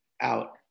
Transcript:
out